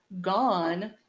gone